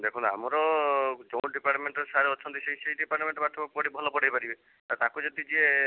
ଦେଖନ୍ତୁ ଆମର ଯୋଉଁ ଡିପାର୍ଟମେଣ୍ଟ୍ ର ସାର୍ ଅଛନ୍ତି ସେଇ ଡିପାର୍ଟମେଣ୍ଟ୍ ପାଠ ପଢ଼େଇ ଭଲ ପଢ଼େଇ ପାରିବେ ଆଉ ତା'କୁ ଯଦି ଯିଏ